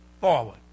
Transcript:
forward